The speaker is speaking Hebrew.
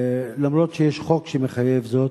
למרות שיש חוק שמחייב זאת.